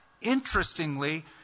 interestingly